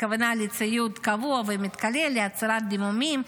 הכוונה לציוד קבוע ומתכלה לעצירת דימומים,